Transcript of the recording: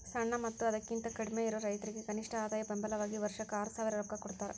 ಸಣ್ಣ ಮತ್ತ ಅದಕಿಂತ ಕಡ್ಮಿಯಿರು ರೈತರಿಗೆ ಕನಿಷ್ಠ ಆದಾಯ ಬೆಂಬಲ ವಾಗಿ ವರ್ಷಕ್ಕ ಆರಸಾವಿರ ರೊಕ್ಕಾ ಕೊಡತಾರ